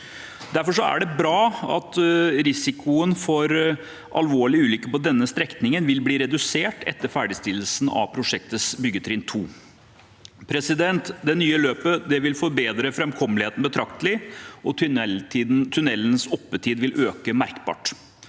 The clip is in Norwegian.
Derfor er det bra at risikoen for alvorlige ulykker på denne strekningen vil bli redusert etter ferdigstillelsen av prosjektets byggetrinn 2. Det nye løpet vil forbedre framkommeligheten betraktelig, og tunnelens oppetid vil øke merkbart.